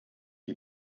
die